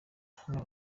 hano